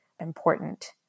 important